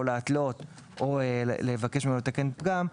להתלות או לבקש ממנו לתקן פגם,